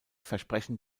versprechen